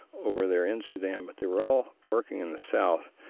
over there in sudan, but they were all working in the south,